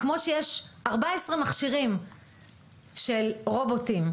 כמו שיש 14 מכשירים של רובוטים,